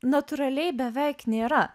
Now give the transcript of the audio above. natūraliai beveik nėra